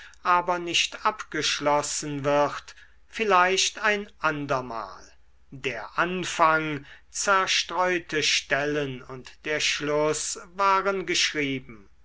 aber nicht abgeschlossen wird vielleicht ein andermal der anfang zerstreute stellen und der schluß waren geschrieben